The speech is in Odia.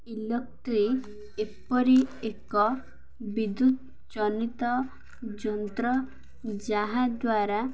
ଇଲକ୍ଟ୍ରିକ୍ ଏପରି ଏକ ବିଦ୍ୟୁତ ଜନିତ ଯନ୍ତ୍ର ଯାହାଦ୍ୱାରା